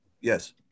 yes